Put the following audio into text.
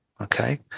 Okay